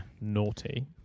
naughty